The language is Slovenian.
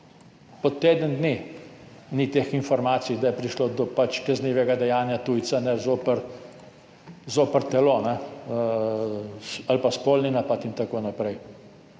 Po teden dni ni teh informacij, da je prišlo do kaznivega dejanja tujca zoper telo ali pa spolni napad in tako naprej.